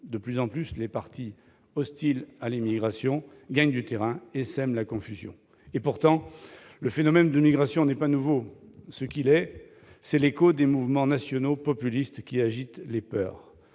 De plus en plus, les partis hostiles à l'immigration gagnent du terrain et sèment la confusion. Cependant, le phénomène de migration n'est pas nouveau : ce qui l'est, c'est l'écho des mouvements nationaux populistes qui agitent les peurs.